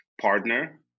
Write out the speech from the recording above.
partner